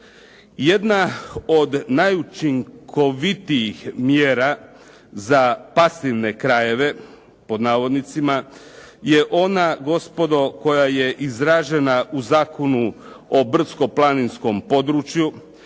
Jedna od najučinkovitijih mjera za "pasivne krajeve" je ona, gospodo, koja je izražena u Zakonu o brdsko-planinskom području.